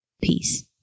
Peace